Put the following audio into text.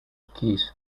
keys